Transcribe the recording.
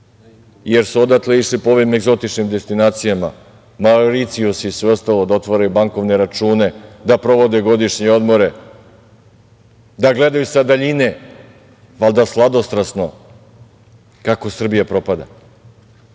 jer su odatle išli po ovim egzotičnim destinacijama Mauricijus i sve ostalo, da otvore bankovne račune, da provode godišnje odmore, da gledaju sa daljine, valjda sladostrasno kako Srbija propada. Javlja